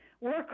work